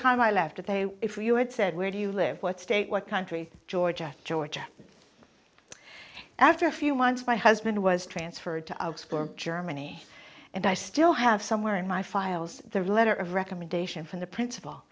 time i left it they if you had said where do you live what state what country ga ga after a few months my husband was transferred to outscore germany and i still have somewhere in my files the letter of recommendation from the principal